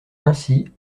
ainsi